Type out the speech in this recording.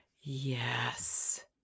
Yes